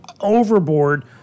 overboard